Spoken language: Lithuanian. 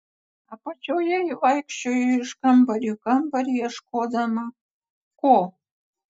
apačioje ji vaikščiojo iš kambario į kambarį ieškodama ko